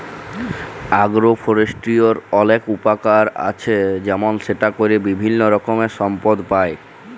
আগ্র ফরেষ্ট্রীর অলেক উপকার আছে যেমল সেটা ক্যরে বিভিল্য রকমের সম্পদ পাই